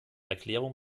erklärung